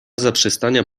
zaprzestania